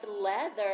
leather